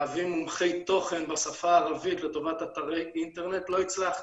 להביא מומחי תוכן בשפה הערבית לטובת אתרי אינטרנט לא הצלחתי.